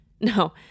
No